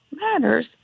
matters